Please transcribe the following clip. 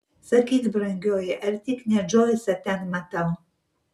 sakyk brangioji ar tik ne džoisą ten matau